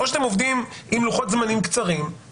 או שאתם עובדים עם לוחות זמנים קצרים,